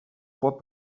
fois